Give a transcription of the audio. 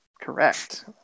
correct